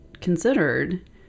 considered